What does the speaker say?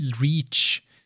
reach